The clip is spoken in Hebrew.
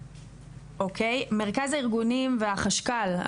מרכז הארגונים והחשב הכללי,